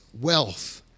wealth